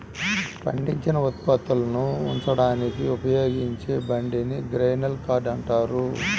పండించిన ఉత్పత్తులను ఉంచడానికి ఉపయోగించే బండిని గ్రెయిన్ కార్ట్ అంటారు